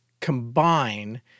combine